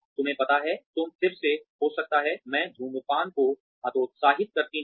तुम्हें पता है तुम फिर से हो सकता है मैं धूम्रपान को हतोत्साहित करती हूं